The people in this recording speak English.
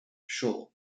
ashore